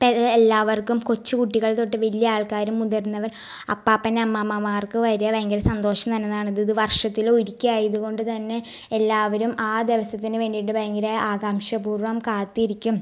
എല്ലാവർക്കും കൊച്ച് കുട്ടികൾ തൊട്ട് വലിയ ആൾക്കാരും മുതിർന്നവർ അപ്പാപ്പൻ അമ്മാമമാർക്ക് വരെ ഭയങ്കര സന്തോഷം തന്നതാണ് ഇത് വർഷത്തിൽ ഒരിക്കൽ ആയത് കൊണ്ട് തന്നെ എല്ലാവരും ആ ദിവസത്തിന് വേണ്ടിയിട്ട് ഭയങ്കര ആകാംഷ പൂർവ്വം കാത്തിരിക്കും